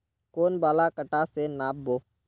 कौन वाला कटा से नाप बो?